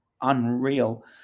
unreal